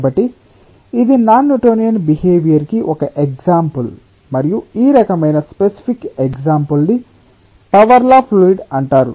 కాబట్టి ఇది non Newtonian behaviour కి ఒక ఎగ్సాంపుల్ మరియు ఈ రకమైన స్పెసిఫిక్ ఎక్సంపుల్ ని పవర్ లా ఫ్లూయిడ్ అంటారు